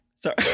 sorry